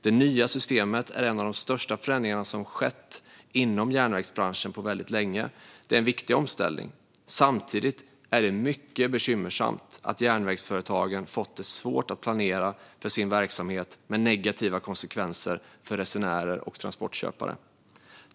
Det nya systemet är en av de största förändringarna som skett inom järnvägsbranschen på väldigt länge. Det är en viktig omställning. Samtidigt är det mycket bekymmersamt att järnvägsföretagen fått det svårt att planera för sin verksamhet med negativa konsekvenser för resenärer och transportköpare.